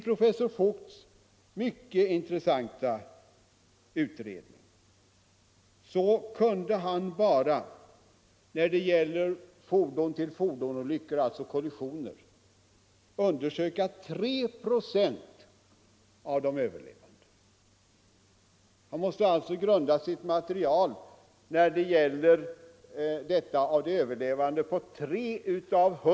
Professor Voigt redovisar i sin mycket intressanta utredning att han när det gällde fordon-till-fordon-olyckor, alltså kollisioner, bara kunde undersöka tre procent av de överlevande. Han måste alltså grunda sina slutsatser på 3 av 100 överlevande.